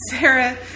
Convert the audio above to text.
Sarah